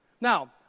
Now